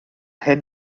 hyn